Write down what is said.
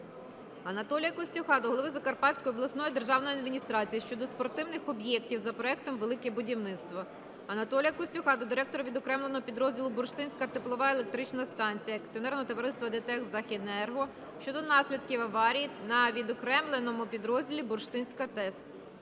Анатолія Костюха до голови Закарпатської обласної державної адміністрації щодо спортивних об'єктів за проєктом "Велике будівництво". Анатолія Костюха до директора відокремленого підрозділу "Бурштинська теплова електрична станція" акціонерного товариства "ДТЕК Західенерго" щодо наслідків аварії на відокремленому підрозділі "Бурштинська ТЕС".